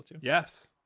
Yes